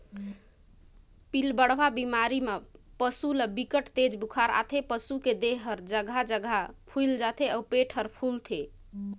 पिलबढ़वा बेमारी म पसू ल बिकट तेज बुखार आथे, पसू के देह हर जघा जघा फुईल जाथे अउ पेट हर फूलथे